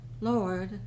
Lord